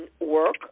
work